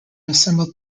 assemble